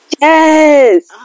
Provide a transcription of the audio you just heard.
Yes